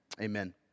Amen